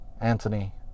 Anthony